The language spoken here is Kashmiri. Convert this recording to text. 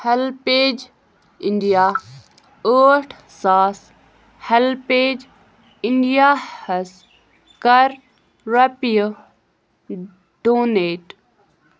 ہیلپیج اِنڈیا ٲٹھ ساس ہٮ۪لپیج اِنڈیاہَس کَر رۄپیہِ ڈونیٹ